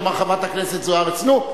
תאמר חברת הכנסת זוארץ: נו,